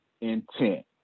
intent